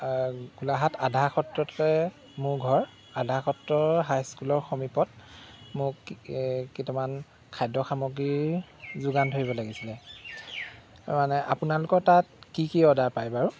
গোলাঘাট আধাৰ সত্ৰতে মোৰ ঘৰ আধাৰ সত্ৰৰ হাইস্কুলৰ সমীপত মোক কেইটামান খাদ্য সামগ্ৰীৰ যোগান ধৰিব লাগিছিলে মানে আপোনালোকৰ তাত কি কি অৰ্ডাৰ পায় বাৰু